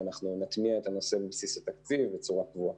אנחנו נטמיע את הנושא בבסיס התקציב בצורה קבועה.